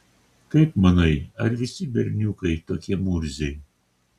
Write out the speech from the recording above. kaip manai ar visi berniukai tokie murziai